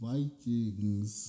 Vikings